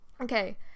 Okay